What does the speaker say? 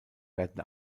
werden